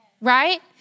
right